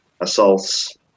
assault's